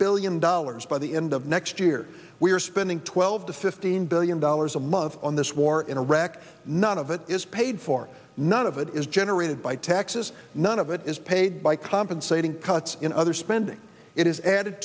billion dollars by the end of next year we are spending twelve to fifteen billion dollars a month on this war in iraq none of it is paid for none of it is generated by taxes none of it is paid by compensating cuts in other spending it is added